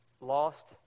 lost